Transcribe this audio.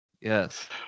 Yes